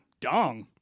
dong